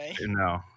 No